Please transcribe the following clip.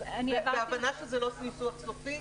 בהבנה שזה לא נוסח סופי?